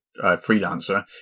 freelancer